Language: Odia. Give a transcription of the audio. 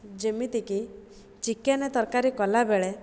ଯେମିତିକି ଚିକେନ୍ ତରକାରୀ କଲାବେଳେ